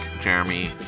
Jeremy